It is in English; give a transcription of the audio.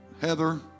Heather